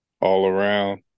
all-around